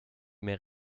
mehr